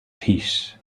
peace